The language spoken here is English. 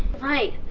right.